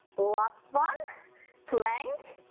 last one plank,